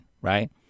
right